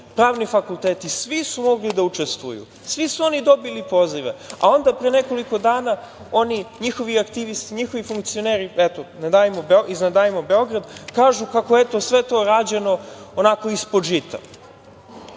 pravni fakulteti, svi su mogli da učestvuju. Svi su dobili pozive, a onda pre nekoliko dana njihovi aktivisti, njihovi funkcioneri iz „Ne davimo Beograd“ kažu kako je sve to rađeno onako ispod